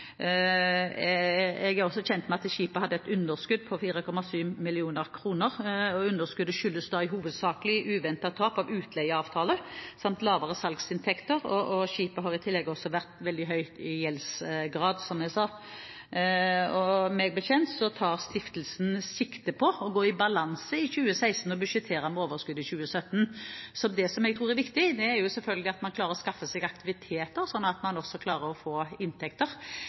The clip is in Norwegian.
Jeg er også kjent med at skipet hadde et underskudd på 4,7 mill. kr. Underskuddet skyldes hovedsakelig uventede tap av utleieavtaler samt lavere salgsinntekter. Skipet har i tillegg hatt en veldig høy gjeldsgrad, som jeg sa. Meg bekjent tar stiftelsen sikte på å gå i balanse i 2016 og budsjettere med overskudd i 2017. Det jeg tror er viktig, er at man selvfølgelig klarer å skaffe seg aktiviteter, slik at man også klarer å få inntekter